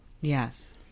Yes